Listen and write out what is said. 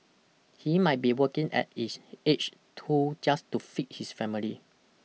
he might be working at his age too just to feed his family